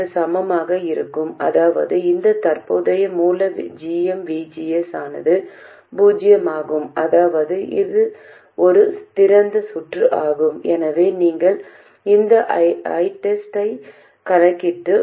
RG போதுமான அளவு பெரியதாக இருந்தால் அது ஒரு பொதுவான பெருக்கியாக வேலை செய்கிறது அது என்ன என்பதை நாங்கள் கணக்கிட்டுள்ளோம் மேலும் ஏசி இணைப்பு மின்தேக்கிகளுக்கான தடைகளையும் நாங்கள் கணக்கிட்டுள்ளோம்